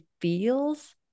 feels